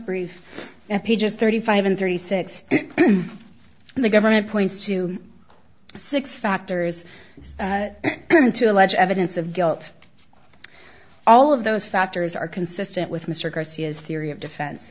brief pages thirty five and thirty six the government points to six factors into alleged evidence of guilt all of those factors are consistent with mr garcia's theory of defen